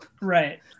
Right